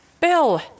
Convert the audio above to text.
Bill